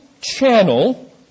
channel